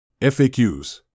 FAQs